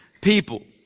people